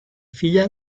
filla